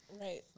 Right